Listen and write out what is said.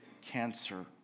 cancer